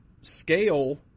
scale